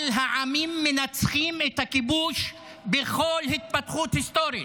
אבל העמים מנצחים את הכיבוש בכל התפתחות היסטורית.